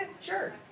sure